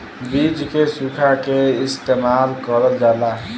बीज के सुखा के इस्तेमाल करल जाला